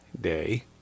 day